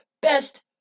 best